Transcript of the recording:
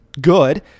good